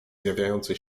zjawiający